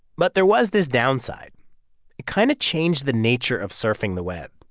but there was this downside. it kind of changed the nature of surfing the web.